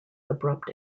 abrupt